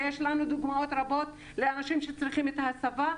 ויש לנו דוגמאות רבות לאנשים שצריכים את ההסבה,